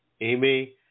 Amy